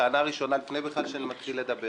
טענה ראשונה לפני בכלל שאני מתחיל לדבר